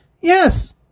Yes